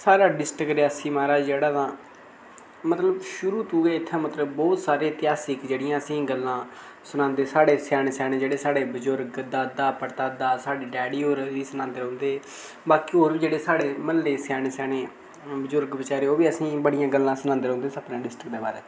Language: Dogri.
साढ़ा डिस्टिक रियासी महाराज जेह्ड़ा तां मतलब शुरू तों गै इत्थै मतलब बौह्त सारे इतेहासक जेह्ड़ियां असेंगी गल्लां सनांदे साढ़े स्याने स्याने जेह्ड़े साढ़े बजुर्ग दादा पड़दादा साढ़े डैडी होर बी सनांदे रौंह्दे बाकी होर बी साढ़े जेह्ड़े म्हल्ले स्याने स्याने बजुर्ग बचेरे ओह् बी बड़ियां गल्लां सनांदे रौंह्दे अपनी डिस्टिक दे बारे च